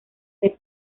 del